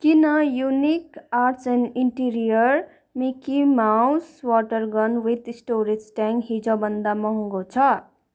किन unique arts and interior Mickey Mouse water gun with storage tank हिजो भन्दा महँगो छ